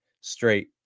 straight